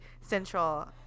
central